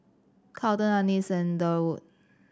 Carlton Annis and Durwood